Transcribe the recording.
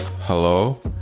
hello